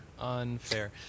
Unfair